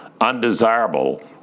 undesirable